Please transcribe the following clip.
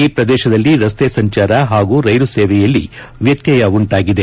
ಈ ಪ್ರದೇಶದಲ್ಲಿ ರಸ್ತೆ ಸಂಚಾರ ಹಾಗೂ ರೈಲು ಸೇವೆಯಲ್ಲಿ ವ್ಯತ್ಯಯ ಉಂಟಾಗಿದೆ